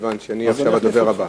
מכיוון שאני הדובר הבא.